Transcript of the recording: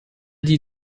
die